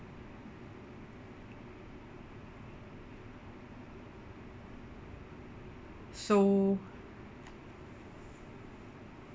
so